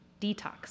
detox